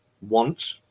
want